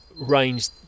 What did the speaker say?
range